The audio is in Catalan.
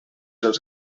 els